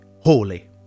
holy